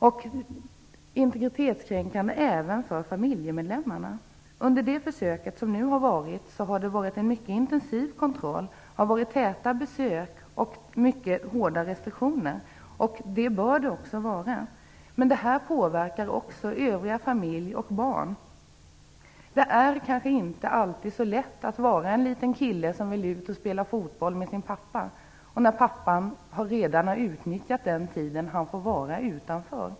Den är integritetskränkande även för familjemedlemmarna. Under det försök som nu har gjorts har kontrollen varit intensiv, besöken täta och restriktionerna mycket hårda, och så bör det också vara. Men det här påverkar också den övriga familjen och barnen. Det är kanske inte alltid så lätt för en liten kille som vill ut och spela fotboll med sin pappa när pappan redan har utnyttjat den tid han får vara ute.